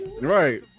Right